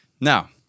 Now